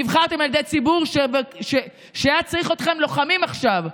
נבחרתם על ידי הציבור שהיה צריך אתכם לוחמים עכשיו,